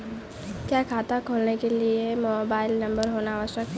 क्या खाता खोलने के लिए मोबाइल नंबर होना आवश्यक है?